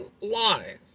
lies